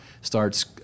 starts